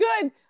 good